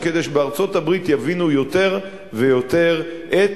כדי שבארצות-הברית יבינו יותר ויותר את